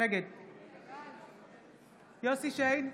יוסף שיין,